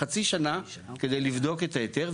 חצי שנה כדי לבדוק את ההיתר,